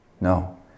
No